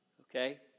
okay